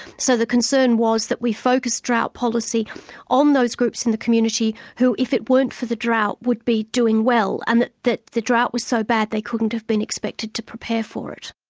so the concern was that we focused drought policy on those groups in the community who if it weren't for the drought, would be doing well, and that that the drought was so bad they couldn't have been expected to prepare for it.